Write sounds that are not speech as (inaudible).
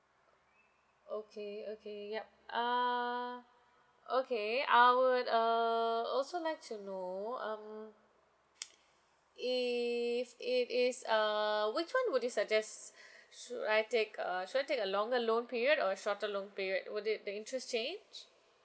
okay okay yup err okay I would uh also like to know um (noise) if it is uh which one would you suggest should I take uh should I take a longer loan period or shorter loan period would it the interest change